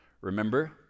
Remember